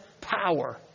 power